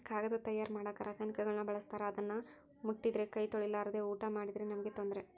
ಕಾಗದ ತಯಾರ ಮಾಡಕ ರಾಸಾಯನಿಕಗುಳ್ನ ಬಳಸ್ತಾರ ಅದನ್ನ ಮುಟ್ಟಿದ್ರೆ ಕೈ ತೊಳೆರ್ಲಾದೆ ಊಟ ಮಾಡಿದ್ರೆ ನಮ್ಗೆ ತೊಂದ್ರೆ